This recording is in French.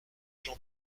j’en